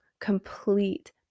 complete